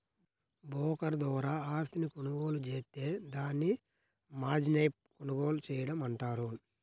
broker ద్వారా ఆస్తిని కొనుగోలు జేత్తే దాన్ని మార్జిన్పై కొనుగోలు చేయడం అంటారు